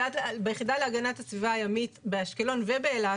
ביחידה להגנת הסביבה הימית באשקלון ובאילת